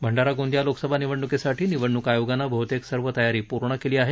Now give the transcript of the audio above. भंडारा गोंदिया लोकसभा निवडणुकीसाठी निवडणुक आयोगानं बहुतेक सर्व तयारी पूर्ण केली आहे